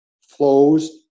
flows